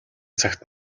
цагт